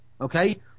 Okay